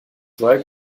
zwei